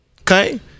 okay